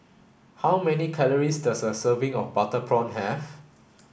how many calories does a serving of butter prawn have